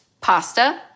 pasta